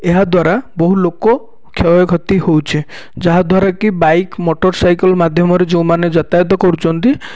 ଏହା ଦ୍ୱାରା ବହୁ ଲୋକ କ୍ଷୟ କ୍ଷତି ହେଉଛି ଯାହା ଦ୍ୱାରା କି ବାଇକ ମଟର ସାଇକଲ ମାଧ୍ୟମରେ ଯେଉଁମାନେ ଯାତାୟତ କରୁଛନ୍ତି